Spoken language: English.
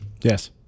Yes